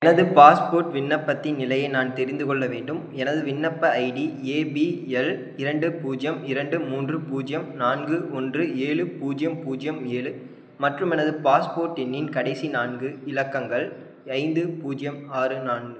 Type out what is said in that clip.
எனது பாஸ்போர்ட் விண்ணப்பத்தின் நிலையை நான் தெரிந்து கொள்ள வேண்டும் எனது விண்ணப்ப ஐடி ஏபிஎல் இரண்டு பூஜ்யம் இரண்டு மூன்று பூஜ்யம் நான்கு ஒன்று ஏழு பூஜ்யம் பூஜ்யம் ஏழு மற்றும் எனது பாஸ்போர்ட் எண்ணின் கடைசி நான்கு இலக்கங்கள் ஐந்து பூஜ்யம் ஆறு நான்கு